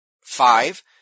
Five